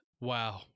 wow